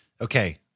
Okay